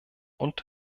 und